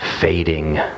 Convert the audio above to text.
fading